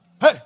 Hey